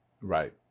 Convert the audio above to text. right